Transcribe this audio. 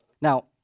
Now